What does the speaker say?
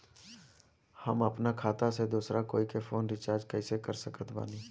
हम अपना खाता से दोसरा कोई के फोन रीचार्ज कइसे कर सकत बानी?